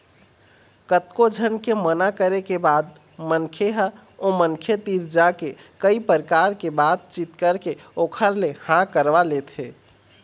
कतको झन के मना करे के बाद मनखे ह ओ मनखे तीर जाके कई परकार ले बात चीत करके ओखर ले हाँ करवा लेथे